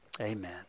Amen